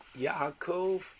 Yaakov